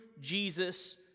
Jesus